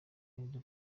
iryo